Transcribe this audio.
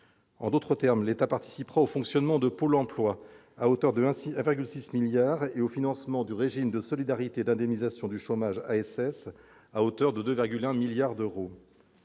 En d'autres termes, l'État participera au fonctionnement de Pôle emploi à hauteur de 1,6 milliard d'euros et au financement du régime de solidarité d'indemnisation du chômage, à travers l'allocation